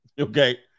okay